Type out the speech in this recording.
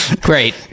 Great